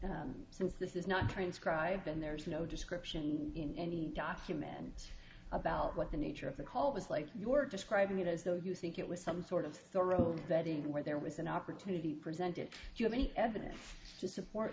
detail since this is not transcribed and there's no description in any document about what the nature of the call was like you're describing it as though you think it was some sort of a road that where there was an opportunity presented you have any evidence to support